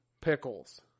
pickles